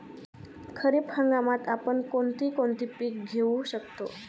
खरीप हंगामात आपण कोणती कोणती पीक घेऊ शकतो?